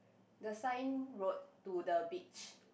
the sign wrote to the beach